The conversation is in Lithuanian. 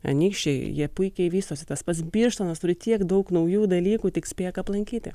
anykščiai jie puikiai vystosi tas pats birštonas turi tiek daug naujų dalykų tik spėk aplankyti